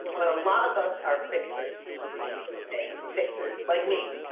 but a lot of us are fixers. yeah. okay, fixers. like me.